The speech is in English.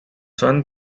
sun